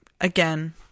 again